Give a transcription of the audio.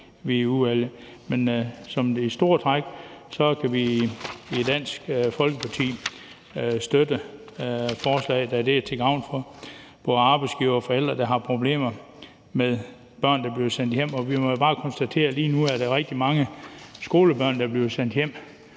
vi i udvalget. Men i store træk kan vi i Dansk Folkeparti støtte forslaget, da det er til gavn for både arbejdsgivere og forældre, der har problemer med børn, der bliver sendt hjem. Vi må bare konstatere, at der lige nu er rigtig mange skolebørn, der bliver sendt hjem,